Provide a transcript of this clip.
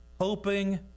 Hoping